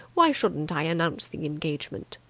why shouldn't i announce the engagement?